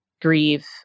grieve